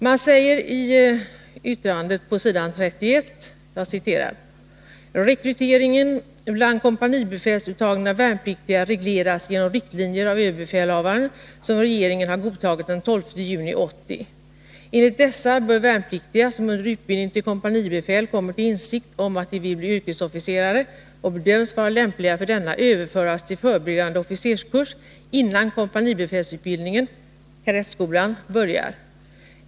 Man säger i betänkandet på s. 31 följande: ”Rekryteringen bland kompanibefälsuttagna värnpliktiga regleras genom riktlinjer av överbefälhavaren som regeringen har godtagit den 12 juni 1980. Enligt dessa bör värnpliktiga som under utbildning till kompanibefäl kommer till insikt om att de vill bli yrkesofficerare och bedöms vara lämpliga för detta överföras till förberedande officerskurs innan kompanibefälsutbildningen börjar.